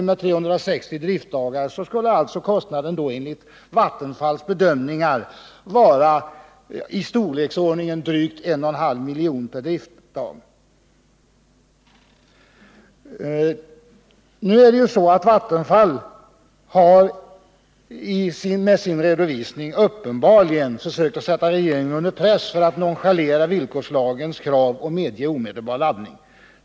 Med 360 driftdagar per år skulle kostnaderna för detta enligt Vattenfalls bedömningar bli drygt 1 1/2 milj.kr. per driftdag. Vattenfall har med sin redovisning uppenbarligen velat försöka sätta regeringen under press för att nonchalera villkorslagens krav och medge omedelbar laddning.